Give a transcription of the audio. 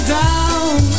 down